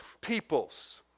peoples